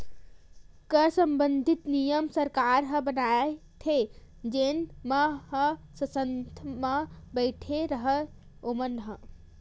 कर संबंधित नियम सरकार ह बनाथे जेन मन ह संसद म बइठे हवय ओमन ह